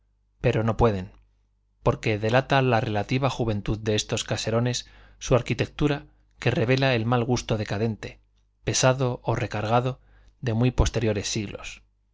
pero no pueden porque delata la relativa juventud de estos caserones su arquitectura que revela el mal gusto decadente pesado o recargado de muy posteriores siglos